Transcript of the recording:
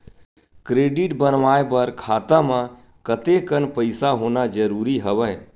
Credit बनवाय बर खाता म कतेकन पईसा होना जरूरी हवय?